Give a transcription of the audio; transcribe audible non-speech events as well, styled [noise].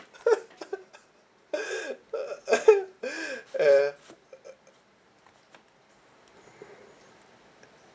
[laughs] ya